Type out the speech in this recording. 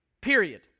Period